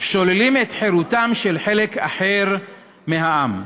שוללים את חירותו של חלק אחר מהעם.